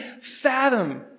fathom